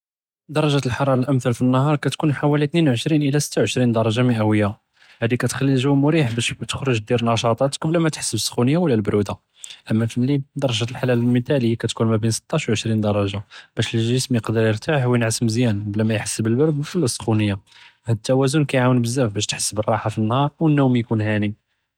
דרג'ת אלחרארה אלאמת'ל פי א־נהאר כתכון חוואלי תנין ועשרין אלא סתה ו עשרין דרג'ה מאוויה، האדי כתכ'לי אלג'ו מריח באש תخرج תדיר נשאטאתכ בלא מא תחס ב־סכויניה ולא אלברודה، אמא פי א־ליל דרג'ת אלחרארה אלמת'אליה כתכון מא בין סטאש ו עשרין דרג'ה، באש אלגסם יקדר ירתאח ו ינעס מזיאן، בלא מא יחס ב־לברד ולא אלסכויניה، האד א־תווזון כיעאונ בזאף באש תחס ב־לראחה פי א־נהאר ו א־נומ יכון האני.